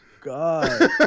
God